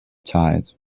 tired